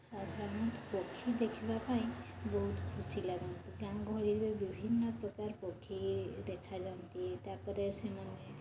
ସାଧାରଣତଃ ପକ୍ଷୀ ଦେଖିବା ପାଇଁ ବହୁତ ଖୁସି ଲାଗେ ମୋତେ ଗାଁ ଗହଳିରେ ବିଭିନ୍ନ ପ୍ରକାର ପକ୍ଷୀ ଦେଖାଯାଆନ୍ତି ତାପରେ ସେମାନେ